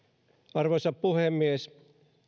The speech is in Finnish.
arvoisa puhemies